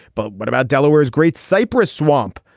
but what about delaware's great cypress swamp.